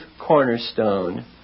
cornerstone